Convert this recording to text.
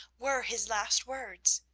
were his last words.